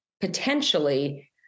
potentially